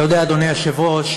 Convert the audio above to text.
אתה יודע, אדוני היושב-ראש,